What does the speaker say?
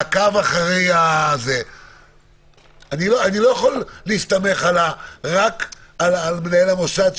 מעקב אחרי אני לא יכול להסתמך רק על מנהל המוסד,